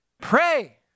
Pray